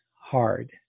hard